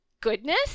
goodness